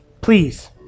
please